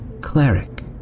cleric